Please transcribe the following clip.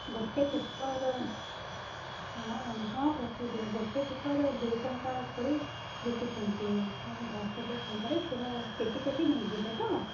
ଗୋଟେ ପେପର୍ ହଁ ହଁ ପଠାଇ ଦିଅ ଗୋଟେ ପେପର୍ ଦୁଇଟଙ୍କା କରି ବିକୁଛନ୍ତି ଆପଣ ଦଶହଜାର ଟଙ୍କାରେ ପୁରା ପେଟି ପେଟି ନେଇଯିବ ତ